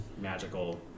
magical